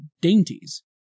dainties